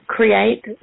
create